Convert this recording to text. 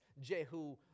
Jehu